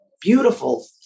beautiful